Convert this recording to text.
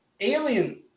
Alien